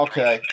Okay